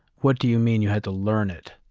what do you mean you had to learn it?